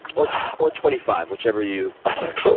or or twenty five. whichever you but